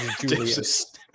Julius